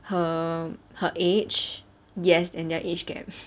her her age yes and their age gap